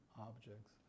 objects